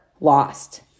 lost